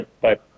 Bye